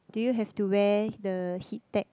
do you have to wear the heat-tech